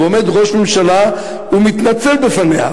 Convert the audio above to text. עומד ראש ממשלה ומתנצל בפניה,